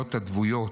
בגלויות הדוויות,